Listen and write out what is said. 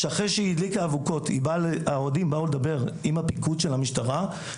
שאחרי שהיא הדליקה אבוקות האוהדים באו לדבר עם הפיקוד של המשטרה,